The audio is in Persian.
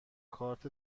کارت